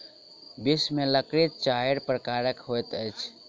विश्व में लकड़ी चाइर प्रकारक होइत अछि